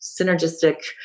synergistic